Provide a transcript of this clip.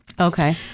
Okay